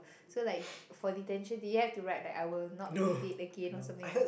so like for detention do you have to write like I will not be late again or something